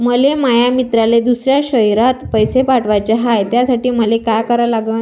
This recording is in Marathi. मले माया मित्राले दुसऱ्या शयरात पैसे पाठवाचे हाय, त्यासाठी मले का करा लागन?